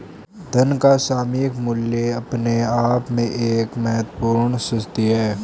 धन का सामयिक मूल्य अपने आप में एक महत्वपूर्ण स्थिति है